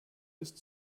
ist